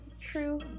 true